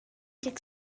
deg